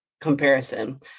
comparison